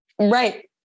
Right